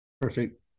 perfect